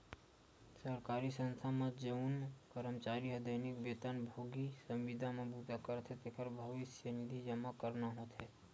सरकारी संस्था म जउन करमचारी ह दैनिक बेतन भोगी, संविदा म बूता करथे तेखर भविस्य निधि जमा करना होथे